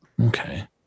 Okay